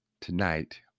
tonight